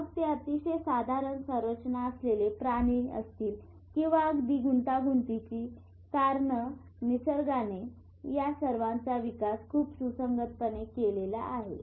मग ते अतिशय साधारण संरचना असलेले प्राणी असतील किंवा अगदी गुंतागुंतीची कारण निसर्गाने या सर्वांचा विकास खूप सुसंगतपणे केलेला आहे